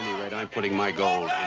i'm putting my gold